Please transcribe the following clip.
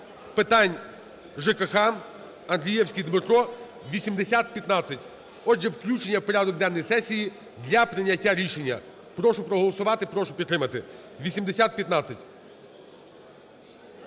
питань ЖКГ, Андрієвський Дмитро, 8015. Отже, включення в порядок денний сесії для прийняття рішення. Прошу проголосувати, прошу підтримати. 8015.